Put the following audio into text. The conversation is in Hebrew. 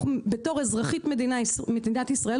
בתור אזרחית מדינת ישראל,